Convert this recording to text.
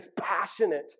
passionate